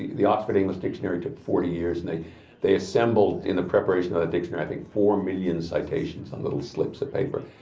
the the oxford english dictionary took forty years and they they assembled, in the preparation of that dictionary, i think four million citations on little slips of paper.